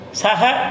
saha